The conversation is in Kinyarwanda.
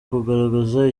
kugaragaza